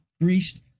greased